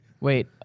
Wait